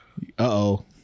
Uh-oh